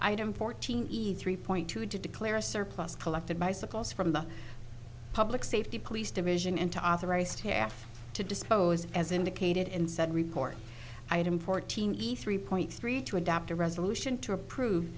item fourteen e's three point two to declare a surplus collected bicycles from the public safety police division and to authorize staff to dispose as indicated in said report item fourteen eat three point three two adopt a resolution to approve